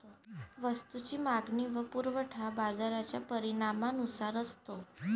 वस्तूची मागणी व पुरवठा बाजाराच्या परिणामानुसार असतो